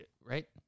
Right